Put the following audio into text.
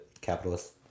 capitalist